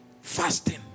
Fasting